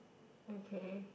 okay